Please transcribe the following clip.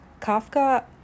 Kafka